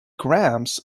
grams